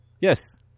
Yes